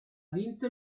vinto